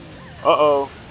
uh-oh